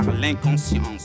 l'inconscience